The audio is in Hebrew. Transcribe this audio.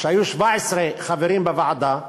כשהיו 17 חברים בוועדה,